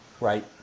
Right